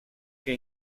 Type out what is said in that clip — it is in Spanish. que